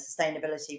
sustainability